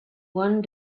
one